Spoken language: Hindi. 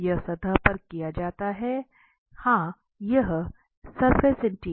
यह सतह पर किया जाता है हाँ यहहै